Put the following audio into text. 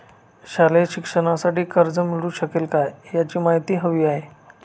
शालेय शिक्षणासाठी कर्ज मिळू शकेल काय? याची माहिती हवी आहे